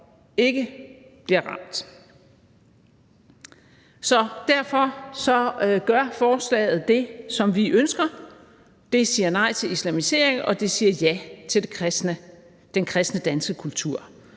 ikke bliver ramt. Derfor gør forslaget det, som vi ønsker. Det siger nej til islamisering, og det siger ja til den kristne danske kultur.